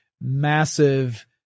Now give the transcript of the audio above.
massive